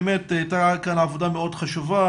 באמת הייתה כאן עבודה מאוד חשובה,